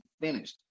finished